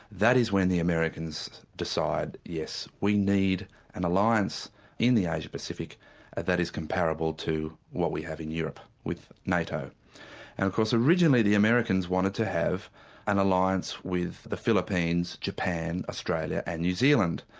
that is when the americans decide yes, we need an alliance in the asia-pacific that is comparable to what we have in europe with nato. and of course originally the americans wanted to have an alliance with the philippines, japan, australia and new zealand.